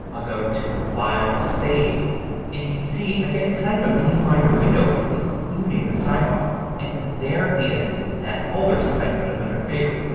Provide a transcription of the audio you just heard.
i'll go to file, save and you could see i get kind of a mini finder window here including the sidebar and there is that folder since i put it under favorites.